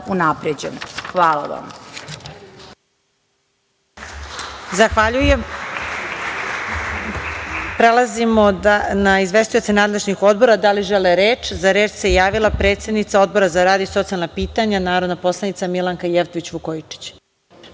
unapređen. Hvala vam.